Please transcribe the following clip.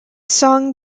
song